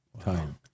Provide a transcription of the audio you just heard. time